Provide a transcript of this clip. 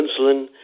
insulin